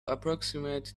approximate